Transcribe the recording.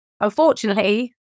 unfortunately